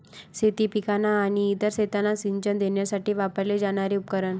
शेती पिकांना आणि इतर शेतांना सिंचन देण्यासाठी वापरले जाणारे उपकरण